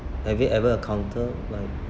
have you ever encounter like